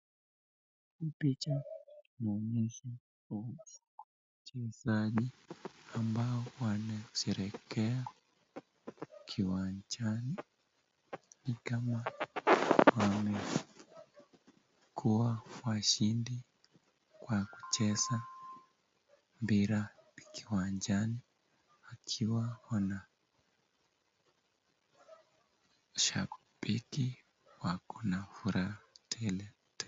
Picha inaonesha wachezaji ambao wanasherehekea kiwanjani nikama wamekua washindi kwa kucheza mpira kiwanjani ,wakiwa wanashabiki wako na furaha tele tele.